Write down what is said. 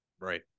Right